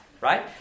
right